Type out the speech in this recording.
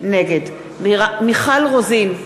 נגד מיכל רוזין,